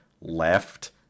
Left